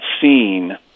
seen